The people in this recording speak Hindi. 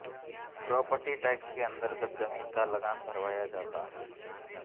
प्रोपर्टी टैक्स के अन्तर्गत जमीन का लगान भरवाया जाता है